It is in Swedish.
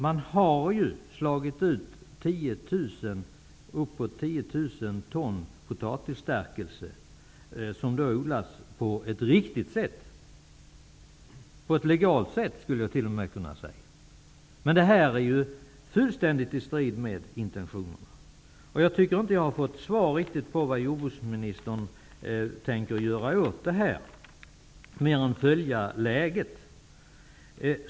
Man har ju slagit ut uppemot 10 000 ton potatisstärkelse som har odlats på ett riktigt -- man skulle t.o.m. kunna säga -- legalt sätt. Det är fullständigt i strid med intentionerna. Jag tycker inte att jag riktigt har fått svar på vad jordbruksministern tänker göra åt det här mer än att följa upp läget.